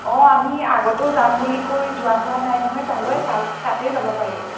অঁ আমি আগতেও যাম বুলি কৈ যোৱা হোৱা নাই নহয় তালৈ তাতেই যাব পাৰি